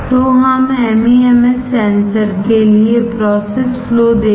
तो हम MEMS sensor के लिए प्रोसेस फ्लो देखें